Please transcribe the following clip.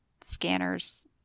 scanners